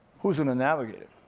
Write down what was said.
who's in the navigator?